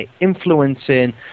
influencing